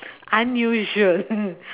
unusual